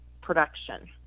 production